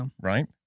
right